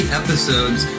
episodes